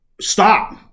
Stop